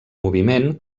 moviment